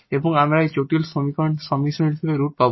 এবং আমরা এই জটিল সংমিশ্রণ হিসাবে রুট পাব